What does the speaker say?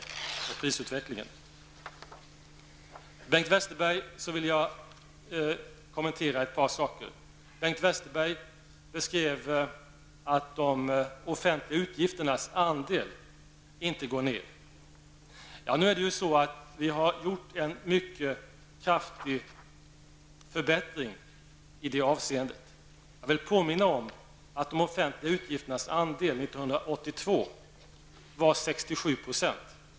Jag vill så kommentera ett par saker i Bengt Westerbergs anförande. Bengt Westerberg påstod att de offentliga utgifternas andel inte gått ner. Det har varit en mycket kraftig förbättring i det avseendet. Jag vill påminna om att de offentliga utgifternas andel år 1982 var 67 %.